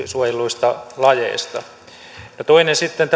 suojelluista lajeista toiseksi sitten